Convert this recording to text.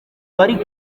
bari